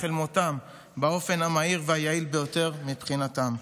אל מותם באופן המהיר והיעיל ביותר מבחינתם.